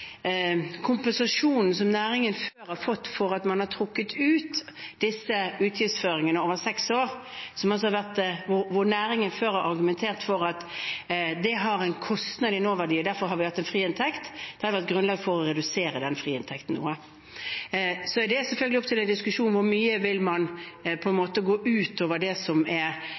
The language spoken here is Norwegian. kompensasjonen som næringen før har fått for at man har trukket ut disse utgiftsføringene over seks år, hvor næringen før har argumentert for at det har en kostnad i nåverdi, og derfor har de hatt en friinntekt – har vært grunnlag for å redusere den friinntekten noe. Det er selvfølgelig oppe til diskusjon hvor mye man vil gå utover det som er en form for nøytralt system, og følge det som